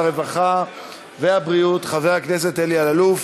הרווחה והבריאות חבר הכנסת אלי אלאלוף,